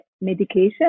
medication